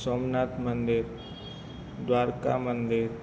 સોમનાથ મંદિર દ્વારકા મંદિર